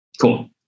Cool